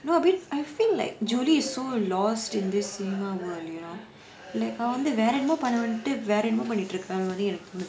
you know I b~ I think like julie is so lost in this cinema world like அவ என்னமோ வேற என்னமோ பண்ணனும் டு வேற என்னமோ பண்ணிட்டு இருக்கானு எனக்கு தோனுது:ava ennamo vera ennamo pannanum tu vera ennamo pannittu irukkaa nu enakku thonuthu